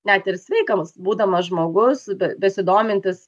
net ir sveikas būdamas žmogus besidomintis